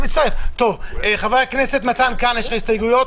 חבר הכנסת מתן כהנא, יש לך הסתייגויות?